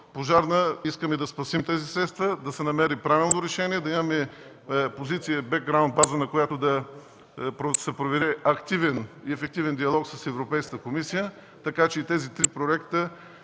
пожарна искаме да спасим тези средства, да се намери правилното решение, да имаме позиция – бекграунд база, на която да се проведе активен и ефективен диалог с Европейската комисия, така че тези три проекта